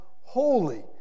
holy